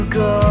go